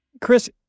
Chris